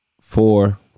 Four